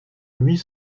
huit